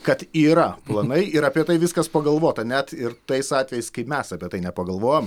kad yra planai ir apie tai viskas pagalvota net ir tais atvejais kai mes apie tai nepagalvojam